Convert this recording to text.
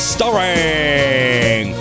Starring